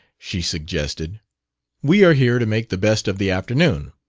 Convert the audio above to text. she suggested we are here to make the best of the afternoon.